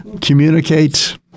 Communicate